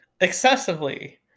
Excessively